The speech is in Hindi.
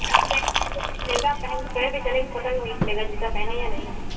आपको बैक लेगा आप पहनकर कहीं भी चलेंगे पता भी नहीं चलेगा आप जूता पहने है या नहीं